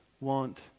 want